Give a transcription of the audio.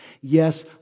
yes